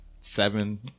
seven